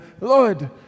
Lord